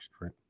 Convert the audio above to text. right